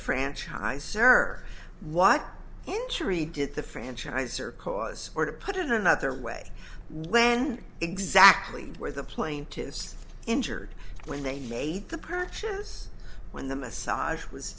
franchise service what injury did the franchise or cause or to put it in another way when exactly where the plaintiffs injured when they made the purchase when the massage was